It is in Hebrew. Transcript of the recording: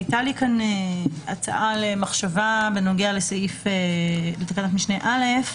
הייתה לי כאן הצעה למחשבה בנוגע לתקנת משנה א'.